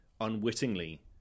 unwittingly